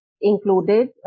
included